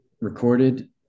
recorded